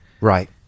right